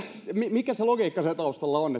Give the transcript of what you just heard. mikä se logiikka siellä taustalla on